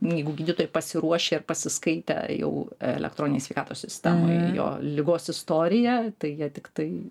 jeigu gydytojai pasiruošę ir pasiskaitę jau elektroninėj sveikatos sistemoj jo ligos istoriją tai jie tiktai